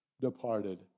departed